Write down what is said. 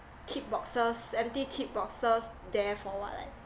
tip boxes empty tip boxes there for what leh